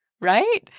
right